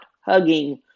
hugging